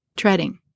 Treading